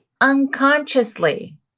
unconsciously